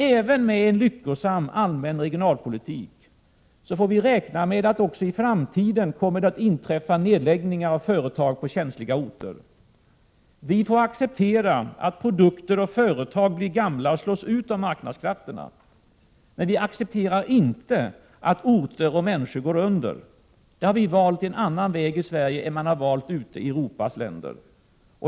Även med en lyckosam allmän regionalpolitik får vi räkna med att det i framtiden kommer att läggas ned företag på känsliga orter. Vi får acceptera att produkter och företag blir gamla och slås ut av marknadskrafterna, men vi accepterar inte att orter och människor går under. Vi har valt en annan väg än den man har valt ute i Europas länder.